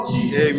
Jesus